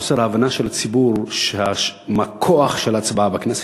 חוסר ההבנה של הציבור מה כוח ההצבעה בכנסת,